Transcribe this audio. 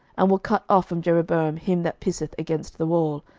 and will cut off from jeroboam him that pisseth against the wall,